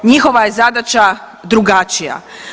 Njihova je zadaća drugačija.